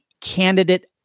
candidate